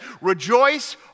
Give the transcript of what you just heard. rejoice